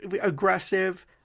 aggressive